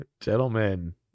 Gentlemen